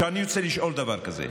אני רוצה לשאול דבר כזה: